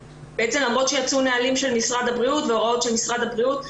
למרות שיצאו נהלים של משרד הבריאות והוראות של משרד הבריאות,